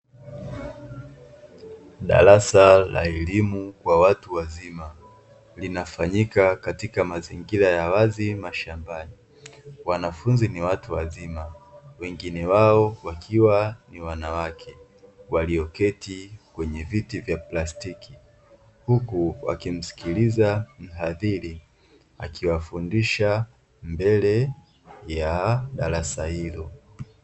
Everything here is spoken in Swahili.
Darasa la elimu kwa watu wazima linafanyika katika mazingira ya wazi mashambani, wanafunzi ni watu wazima wengine wao wakiwa ni wanawake walioketi kwenye viti vya plastiki huku wakimsikiliza mhadhiri akiwafundisha mbele ya darasa hilo.